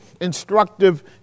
instructive